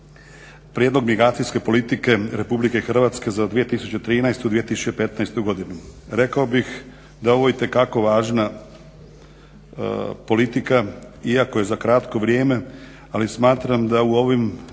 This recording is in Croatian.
prijedlog migracijske politike Republike Hrvatske za 2013.-2015. godinu. Rekao bih da je ovo itekako važna politika iako je za kratko vrijeme, ali smatram da u ovim